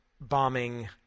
bombing